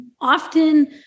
often